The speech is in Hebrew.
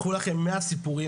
קחו לכם 100 סיפורים,